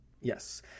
Yes